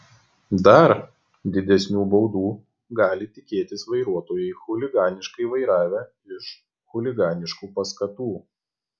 dar didesnių baudų gali tikėtis vairuotojai chuliganiškai vairavę iš chuliganiškų paskatų